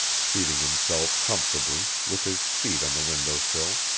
seating himself comfortably, with his feet on the window-sill.